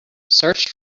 search